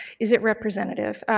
is it representative?